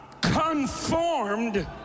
conformed